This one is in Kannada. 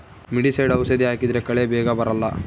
ವೀಡಿಸೈಡ್ ಔಷಧಿ ಹಾಕಿದ್ರೆ ಕಳೆ ಬೇಗ ಬರಲ್ಲ